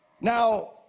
now